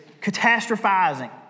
catastrophizing